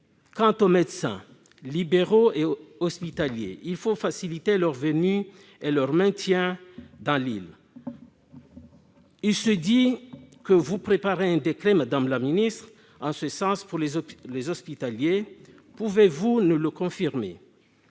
Quant aux médecins libéraux et hospitaliers, il faut faciliter leur venue et leur maintien dans l'île. Madame la ministre, il se dit que vous préparez un décret en ce sens pour les hospitaliers. Pouvez-vous nous le confirmer ?